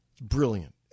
Brilliant